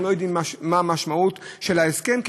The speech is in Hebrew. לא יודעים מה המשמעות של ההסכם לגביהם,